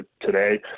today